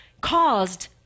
caused